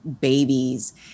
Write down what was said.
babies